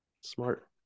Smart